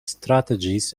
strategies